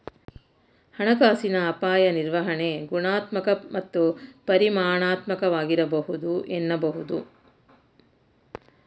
ಹಣಕಾಸಿನ ಅಪಾಯ ನಿರ್ವಹಣೆ ಗುಣಾತ್ಮಕ ಮತ್ತು ಪರಿಮಾಣಾತ್ಮಕವಾಗಿರಬಹುದು ಎನ್ನಬಹುದು